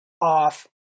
off